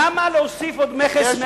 למה להוסיף עוד מכס 160%?